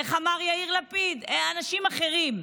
איך אמר יאיר לפיד, "אנשים אחרים".